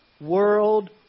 world